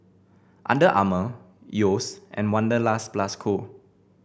Under Armour Yeo's and Wanderlust Plus Co